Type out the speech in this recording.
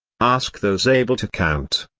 ask those able to count!